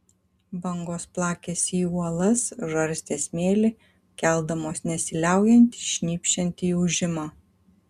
bangos plakėsi į uolas žarstė smėlį keldamos nesiliaujantį šnypščiantį ūžimą